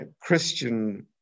Christian